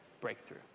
breakthrough